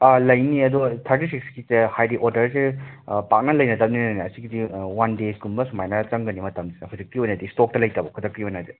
ꯂꯩꯅꯤꯌꯦ ꯑꯗꯣ ꯊꯥꯔꯇꯤ ꯁꯤꯛꯁꯀꯤꯁꯦ ꯍꯥꯏꯗꯤ ꯑꯣꯔꯗꯔꯁꯦ ꯄꯥꯛꯅ ꯂꯩꯅꯗꯕꯅꯤꯅꯅꯦ ꯁꯤꯒꯤꯁꯦ ꯋꯥꯟ ꯗꯦꯁ ꯀꯨꯝꯕ ꯁꯨꯃꯥꯏꯅ ꯆꯪꯒꯅꯤ ꯃꯇꯝꯁꯤꯗ ꯍꯧꯖꯤꯛꯀꯤ ꯑꯣꯏꯅꯗꯤ ꯁ꯭ꯇꯣꯛꯇ ꯂꯩꯇꯕ ꯈꯨꯗꯛꯀꯤ ꯑꯣꯏꯅꯗꯤ